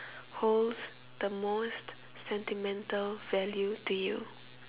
holds the most sentimental value to you